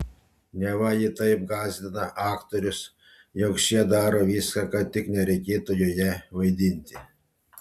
neva ji taip gąsdina aktorius jog šie daro viską kad tik nereikėtų joje vaidinti